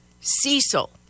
Cecil